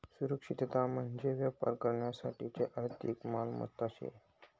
सुरक्षितता म्हंजी व्यापार करानासाठे आर्थिक मालमत्ता शे